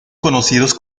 conocidos